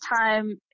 time